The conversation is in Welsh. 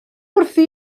wrthi